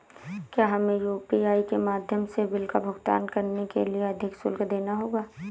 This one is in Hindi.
क्या हमें यू.पी.आई के माध्यम से बिल का भुगतान करने के लिए अधिक शुल्क देना होगा?